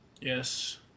Yes